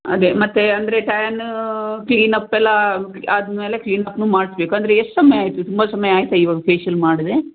ಅದೇ ಮತ್ತು ಅಂದರೆ ಟ್ಯಾನ್ ಕ್ಲೀನಪ್ಪೆಲ್ಲ ಆದ ಮೇಲೆ ಕ್ಲೀನಪ್ನೂ ಮಾಡಿಸಬೇಕು ಅಂದರೆ ಎಷ್ಟು ಸಮಯ ಆಯಿತು ತುಂಬ ಸಮಯ ಆಯಿತಾ ಇವಾಗ ಫೇಶಿಯಲ್ ಮಾಡದೆ